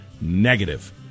negative